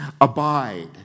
abide